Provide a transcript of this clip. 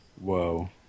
Whoa